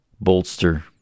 bolster